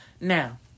Now